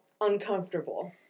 uncomfortable